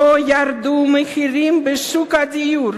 לא ירדו המחירים בשוק הדיור.